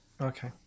okay